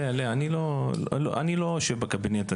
לאה, אני לא יושב בקבינט.